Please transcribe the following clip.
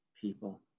people